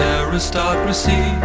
aristocracy